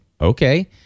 okay